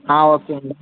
ah okay madam